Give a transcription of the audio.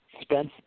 Spence